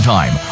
Time